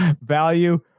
value